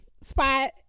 spot